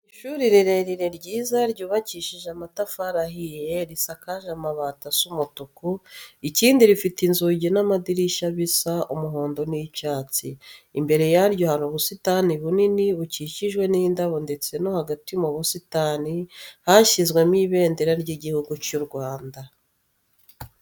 Ni ishuri rirerire ryiza ryubakishije amatafari ahiye, risakaje amabati asa umutuku. Ikindi rifite inzugi n'amadirishya bisa umuhondo n'icyatsi. Imbere yaryo hari ubusitani bunini bukikijwe n'indabo ndeste mo hagati mu busitani hashinzemo Ibendera ry'Igihugu cy'u Rwanda.